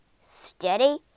steady